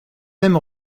même